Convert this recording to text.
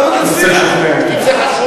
אני מנסה לשכנע.